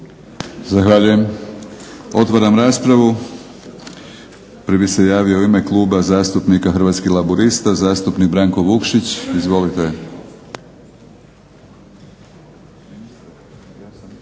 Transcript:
Zahvaljujem. Otvaram raspravu. Prvi se javio u ime Kluba zastupnika Hrvatskih laburista zastupnik Branko Vukšić. Izvolite.